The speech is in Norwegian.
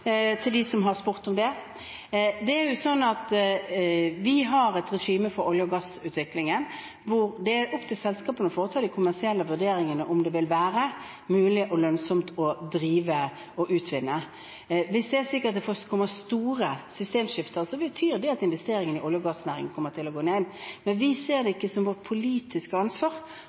til dem som har spurt om det. Vi har et regime for olje- og gassutviklingen der det er opp til selskapene å foreta de kommersielle vurderingene av om det vil være mulig og lønnsomt å drive og utvinne. Når det store systemskiftet kommer, kommer investeringene i olje- og gassnæringen til å gå ned. Men vi ser det ikke som vårt politiske ansvar